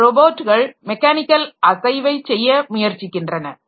இந்த ரோபோட்கள் மெக்கானிக்கல் அசைவை செய்ய முயற்சிக்கின்றன